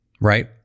right